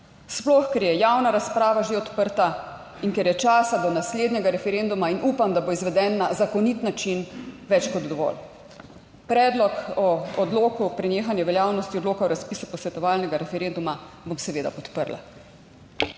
sploh ker je javna razprava že odprta, in ker je časa do naslednjega referenduma in upam, da bo izveden na zakonit način, več kot dovolj. Predlog o odloku o prenehanju veljavnosti Odloka o razpisu posvetovalnega referenduma bom seveda podprla.